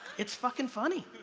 it's fucking funny.